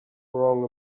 wrong